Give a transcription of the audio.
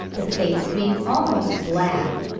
the face being almost black,